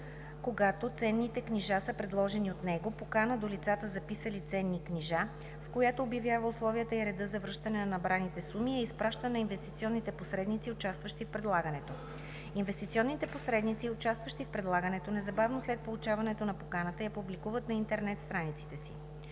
когато ценните книжа са предложени от него, покана до лицата, записали ценни книжа, в която обявява условията и реда за връщане на набраните суми, и я изпраща на инвестиционните посредници, участващи в предлагането. Инвестиционните посредници, участващи в предлагането, незабавно след получаване на поканата я публикуват на интернет страниците си.